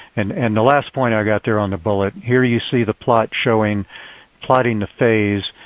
and and the last point i've got there on the bullet, here you see the plot showing plotting the phase.